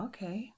Okay